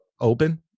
open